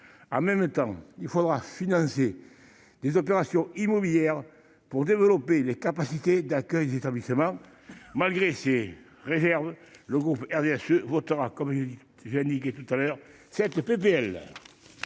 en même temps il faudra financer des opérations. Immobilière pour développer les capacités d'accueil des établissements malgré ces réserves, le groupe RDSE votera comme Janick et tout à l'heure cette PPL.